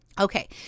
Okay